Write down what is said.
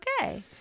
okay